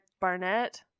Barnett